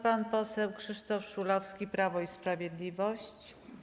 Pan poseł Krzysztof Szulowski, Prawo i Sprawiedliwość.